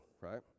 right